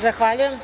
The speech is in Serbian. Zahvaljujem.